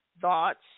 thoughts